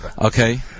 Okay